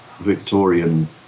Victorian